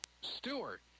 Stewart